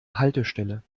haltestelle